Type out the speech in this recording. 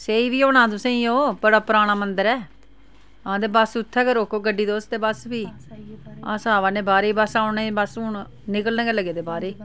सेही बी होना तुसेंगी ओह् बड़ा पराना मंदर ऐ हां ते बस उत्थैं गै रोको गड्डी ते तुस ते बस फ्ही अस आवा ने बाह्रै बस औने ई बस हून निकलन गै लगे दे बाह्रै